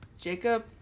Jacob